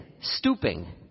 stooping